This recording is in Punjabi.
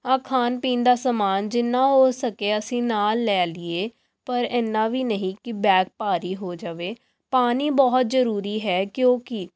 ਆ ਖਾਣ ਪੀਣ ਦਾ ਸਮਾਨ ਜਿੰਨਾ ਹੋ ਸਕੇ ਅਸੀਂ ਨਾਲ ਲੈ ਲਈਏ ਪਰ ਇੰਨਾ ਵੀ ਨਹੀਂ ਕਿ ਬੈਗ ਭਾਰੀ ਹੋ ਜਾਵੇ ਪਾਣੀ ਬਹੁਤ ਜ਼ਰੂਰੀ ਹੈ ਕਿਉਂਕਿ